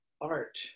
art